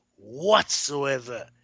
whatsoever